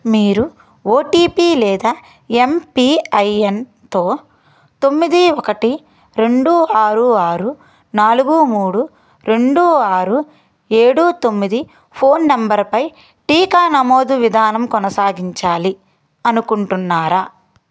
మీరు ఓటీపీ లేదా ఎంపిఐఎన్తో తొమ్మిది ఒకటి రెండు ఆరు ఆరు నాలుగు మూడు రెండు ఆరు ఏడు తొమ్మిది ఫోన్ నంబర్పై టీకా నమోదు విధానం కొనసాగించాలి అనుకుంటున్నారా